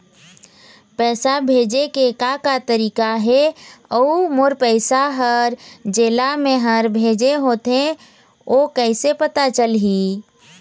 पैसा भेजे के का का तरीका हे अऊ मोर पैसा हर जेला मैं हर भेजे होथे ओ कैसे पता चलही?